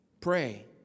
pray